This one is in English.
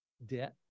debt